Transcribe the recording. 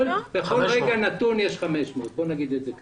בכל רגע נתון יש 500. בוא נגיד את זה כך.